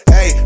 Hey